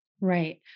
Right